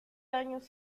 daños